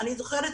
אני זוכרת,